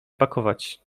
pakować